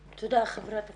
תודה, חברת הכנסת.